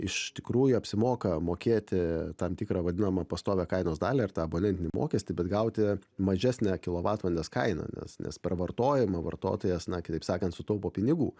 iš tikrųjų apsimoka mokėti tam tikrą vadinamą pastovią kainos dalį ar tą abonentinį mokestį bet gauti mažesnę kilovatvalandės kainą nes nes per vartojimą vartotojas na kitaip sakant sutaupo pinigų